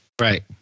Right